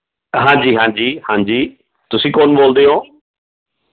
ਹਾਂਜੀ ਹਾਂਜੀ ਹਾਂਜੀ ਤੁਸੀਂ ਕੌਣ ਬੋਲਦੇ ਹੋ